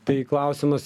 tai klausimas